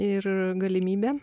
ir galimybė